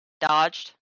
dodged